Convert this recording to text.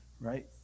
right